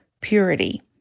purity